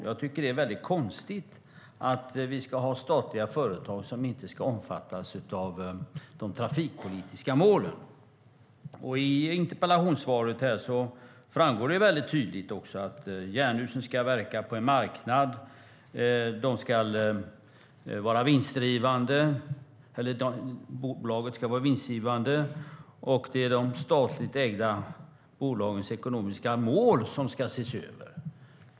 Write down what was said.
Jag tycker att det är konstigt att vi ska ha statliga företag som inte omfattas av de trafikpolitiska målen. I interpellationssvaret framgår det tydligt att Jernhusen ska verka på en marknad, att bolaget ska vara vinstdrivande och att det är de statliga ägda bolagens ekonomiska mål som ska se över.